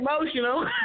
emotional